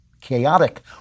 chaotic